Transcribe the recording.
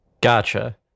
Gotcha